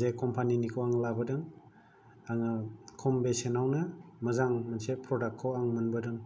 जे कम्पानिनिखौ आं लाबोदों आङो खम बेसेनावनो मोजां मोनसे प्रडाक्टखौ आं मोनबोदों